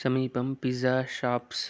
समीपं pizza shops